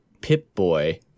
Pip-Boy